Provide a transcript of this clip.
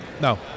No